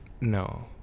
No